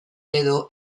edo